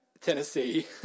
Tennessee